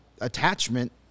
attachment